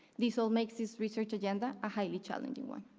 this all makes this research agenda a highly challenging one.